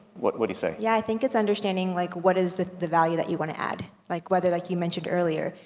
what would you say? yeah, i think it's understanding like what is the, the value that you want to add, like whether like you mentioned earlier,